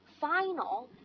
final